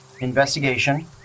investigation